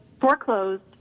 foreclosed